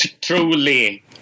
truly